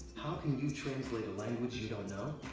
how can you translate a language you don't know?